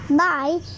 bye